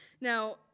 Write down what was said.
Now